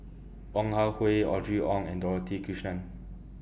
Ong Ah Hoi Audrey Wong and Dorothy Krishnan